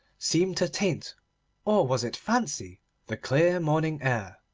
seemed to taint or was it fancy the clear morning air.